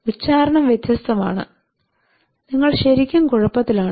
ഉച്ചാരണം വ്യത്യസ്തമാണ് നിങ്ങൾ ശെരിക്കും കുഴപ്പത്തിലാണ്